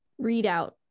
readout